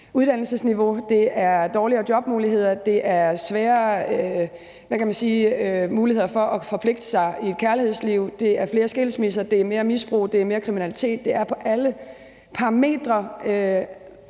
uddannelsesniveau, der er dårligere jobmuligheder, det er dårligere muligheder for at forpligte sig i et kærlighedsforhold, det er flere skilsmisser, det er mere misbrug, det er mere kriminalitet – det er på alle parametre